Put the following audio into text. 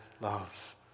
love